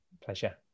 Pleasure